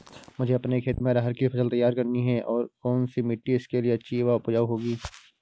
मुझे अपने खेत में अरहर की फसल तैयार करनी है और कौन सी मिट्टी इसके लिए अच्छी व उपजाऊ होगी?